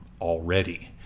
already